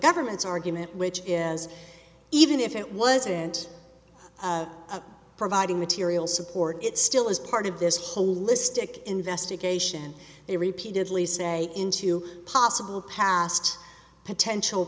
government's argument which is even if it wasn't providing material support it still is part of this holistic investigation they repeatedly say into possible past potential